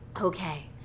okay